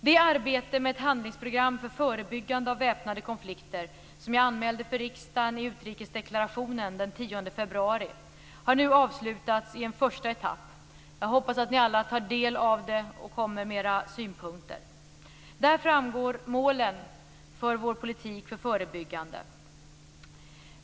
Det arbete med ett handlingsprogram för förebyggande av väpnade konflikter som jag anmälde för riksdagen i utrikesdeklarationen den 10 februari har nu avslutats i en första etapp. Jag hoppas att ni alla tar del av det och kommer med era synpunkter. Där framgår målen för vår politik för förebyggande.